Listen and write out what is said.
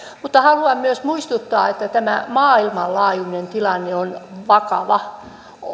mutta haluan myös muistuttaa että tämä maailmanlaajuinen tilanne on vakava